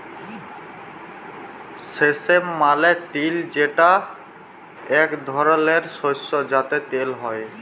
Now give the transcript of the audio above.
সেসম মালে তিল যেটা এক ধরলের শস্য যাতে তেল হ্যয়ে